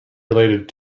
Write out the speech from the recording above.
related